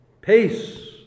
peace